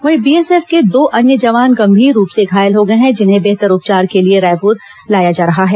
वहीं बीएसएफ के दो अन्य जवान गंभीर रूप से घायल हो गए हैं जिन्हें बेहतर उपचार के लिए रायपुर लाया जा रहा है